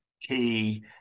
key